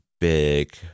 big